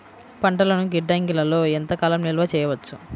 పంటలను గిడ్డంగిలలో ఎంత కాలం నిలవ చెయ్యవచ్చు?